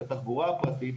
לתחבורה הפרטית,